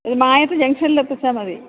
ഇത് മായത്ത് ജംഗ്ഷനിൽ എത്തിച്ചാൽ മതി